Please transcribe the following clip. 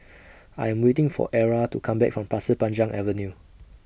I Am waiting For Era to Come Back from Pasir Panjang Avenue